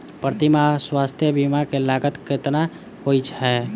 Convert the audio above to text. प्रति माह स्वास्थ्य बीमा केँ लागत केतना होइ है?